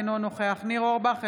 אינו נוכח ניר אורבך,